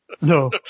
No